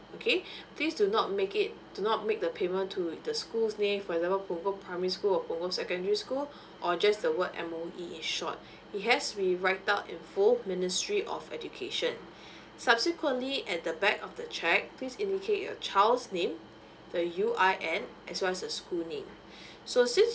okay please do not make it do not make the payment to the school's name for example ponggol primary school or ponggol secondary school or just the word M_O_E in short it has to be write up in full ministry of education subsequently at the back of the cheque please indicate your child's name the U I N as well as the school name so since